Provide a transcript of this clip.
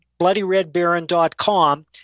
BloodyRedBaron.com